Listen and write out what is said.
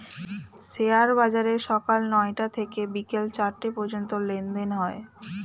share বাজারে সকাল নয়টা থেকে বিকেল চারটে পর্যন্ত লেনদেন হয়